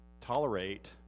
tolerate